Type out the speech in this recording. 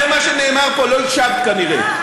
זה מה שנאמר פה, לא הקשבת כנראה.